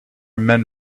men